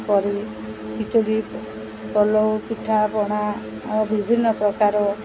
କରି ଖିଚଡ଼ି ପଲଉ ପିଠା ପଣା ଆଉ ବିଭିନ୍ନ ପ୍ରକାର